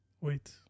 Wait